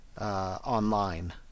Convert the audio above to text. online